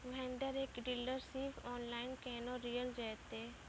Vendor केर dealership online केहनो लियल जेतै?